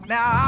Now